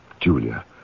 Julia